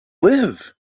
live